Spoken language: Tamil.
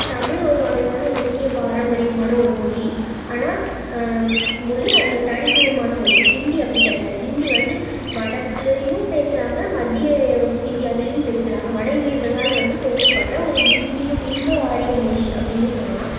தமிழ் ஒரு வகையான இலக்கிய பாரம்பரியமான ஒரு மொழி ஆனால் மொழி அல்லது தனித்துவமான மொழி இந்தி அப்படி கிடையாது இந்தி வந்து வடக்குலேயும் பேசுறாங்க மத்திய இந்தியாவிலேயும் பேசுறாங்க வட இந்தியர்களால் வந்து பேசப்படுற ஒரு இந்திய இந்தோ ஆரிய மொழி அப்படினு சொல்லலாம்